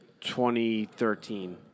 2013